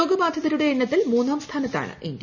രോഗബാധിതരുടെ എണ്ണത്തിൽ മൂന്നാം സ്ഥാനത്താണ് ഇന്ത്യ